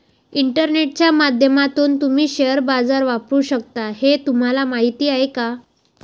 इंटरनेटच्या माध्यमातून तुम्ही शेअर बाजार वापरू शकता हे तुम्हाला माहीत आहे का?